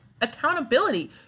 accountability